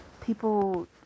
People